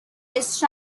his